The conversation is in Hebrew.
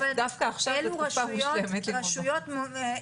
דווקא עכשיו זו תקופה מושלמת ללמוד בחוץ.